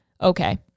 Okay